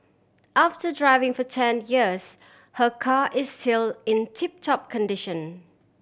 after driving for ten years her car is still in tip top condition